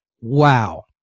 Wow